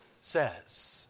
says